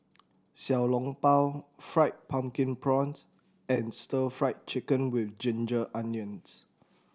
Xiao Long Bao Fried Pumpkin Prawns and Stir Fried Chicken With Ginger Onions